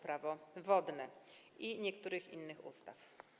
Prawo wodne oraz niektórych innych ustaw.